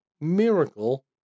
miracle